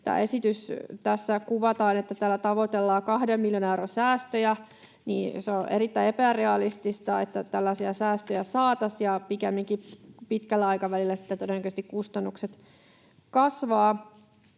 tässä esityksessä kuvataan, että tällä tavoitellaan kahden miljoonan euron säästöjä, niin on erittäin epärealistista, että tällaisia säästöjä saataisiin ja pikemminkin pitkällä aikavälillä kustannukset todennäköisesti kasvavat.